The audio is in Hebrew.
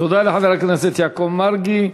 תודה לחבר הכנסת יעקב מרגי.